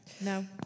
no